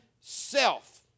self